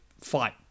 fight